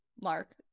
lark